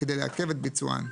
כדי לעכב את ביצוען,